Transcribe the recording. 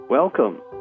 Welcome